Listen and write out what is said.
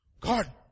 God